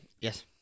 Yes